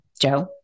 Joe